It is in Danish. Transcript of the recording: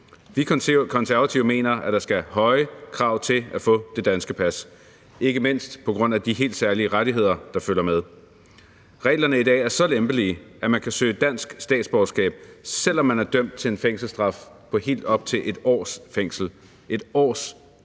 Vi Konservative mener, at der skal stilles høje krav for at få det danske pas, ikke mindst på grund af de helt særlige rettigheder, der følger med. Reglerne i dag er så lempelige, at man kan søge dansk statsborgerskab, selv om man er dømt til en fængselsstraf på helt op til 1 års fængsel. Det er i vores